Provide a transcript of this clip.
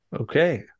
Okay